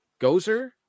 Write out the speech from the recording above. Gozer